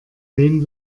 wen